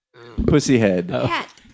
Pussyhead